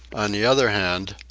on the other hand,